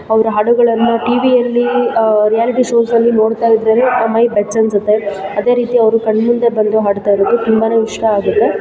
ಅವರ ಹಾಡುಗಳನ್ನು ಟಿ ವಿಯಲ್ಲಿ ರಿಯಾಲಿಟಿ ಶೋಸಲ್ಲಿ ನೋಡ್ತಾ ಇದ್ರೆ ಮೈ ಬೆಚ್ಚ ಅನಿಸುತ್ತೆ ಅದೇ ರೀತಿ ಅವರು ಕಣ್ಮುಂದೆ ಬಂದು ಹಾಡ್ತಾ ಇರೋದು ತುಂಬಾ ಇಷ್ಟ ಆಗುತ್ತೆ